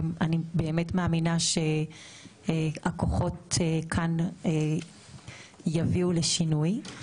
אני באמת מאמינה שהכוחות כאן יביאו לשינוי.